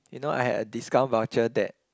you know I had a discount voucher that